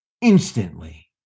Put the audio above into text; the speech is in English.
instantly